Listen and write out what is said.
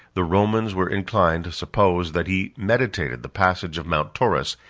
the romans were inclined to suppose that he meditated the passage of mount taurus,